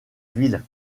ville